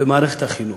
במערכת החינוך.